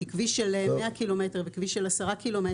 כי כביש של 100 ק"מ וכביש של 10 ק"מ,